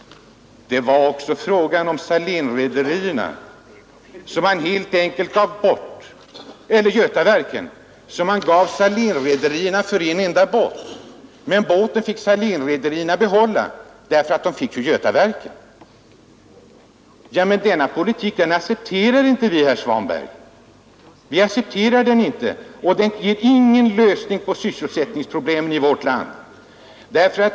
Ett annat exempel är Götaverken, som man helt enkelt gav bort till Salénrederierna för en enda båt. Men båten fick Salénrederierna behålla därför att de fick Götaverken! Denna politik accepterar inte vi, herr Svanberg. Den ger ingen lösning på sysselsättningsproblemen i vårt land.